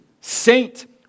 saint